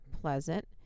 pleasant